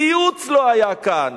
ציוץ לא היה כאן.